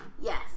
Yes